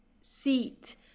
Seat